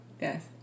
Yes